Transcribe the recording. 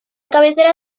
cabecera